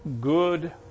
good